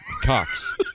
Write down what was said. Cox